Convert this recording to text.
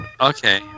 Okay